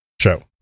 show